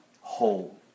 whole